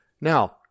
Now